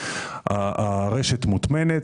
הרשת מוטמנת.